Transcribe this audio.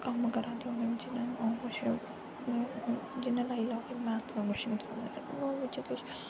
किश कम्म करां ते अ'ऊं ओह् किश मतलब जि'यां लाई लैओ कि मैथ दा क्वेच्शन ओह् जेह् किश